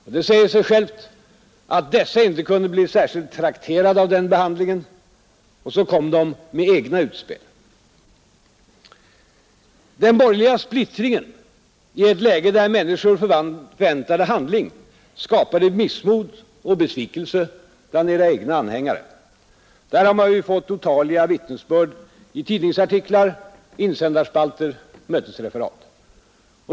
Det säger sig självt att dessa inte kunde bli särskilt trakterade av den behandlingen, Så de kom med egna utspel. Den borgerliga splittringen i ett läge där människor förväntade handling skapade missmod och besvikelse bland era egna anhängare. Därom har vi fått otaliga vittnesbörd i tidningsartiklar, insändarspalter, mötesreferat.